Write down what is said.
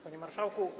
Panie Marszałku!